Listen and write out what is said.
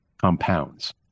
compounds